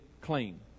clean